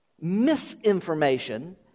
misinformation